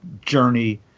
journey